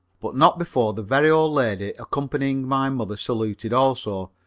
but not before the very old lady accompanying my mother saluted also,